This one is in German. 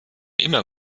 immer